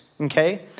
okay